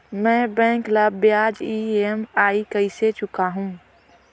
मैं बैंक ला ब्याज ई.एम.आई कइसे चुकाहू?